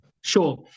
Sure